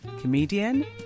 comedian